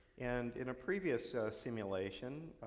and, in a previous simulation,